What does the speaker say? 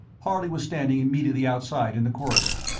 harley was standing immediately outside in the corridor.